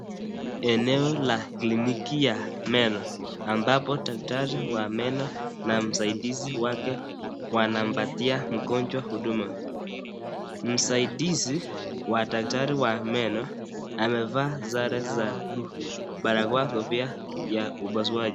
Eneo la kliniki ya meno ambapo daktari wa meno na msaidizi wake wanampatia mgonjwa huduma. Msaidizi wa daktari wa meno amevaa sare za buluu barakoa kofia ya upasuaji.